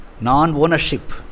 non-ownership